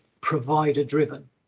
provider-driven